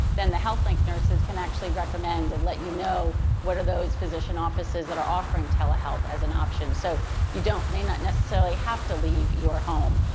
then the health link nurses can actually recommend and let you know what are those physician offices that are offering telehealth as an option. so you don't, may not necessarily have to leave your home,